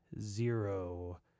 zero